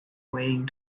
weighing